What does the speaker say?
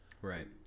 Right